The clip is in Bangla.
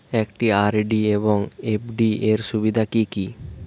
একটি আর.ডি এবং এফ.ডি এর সুবিধা কি কি?